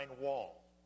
wall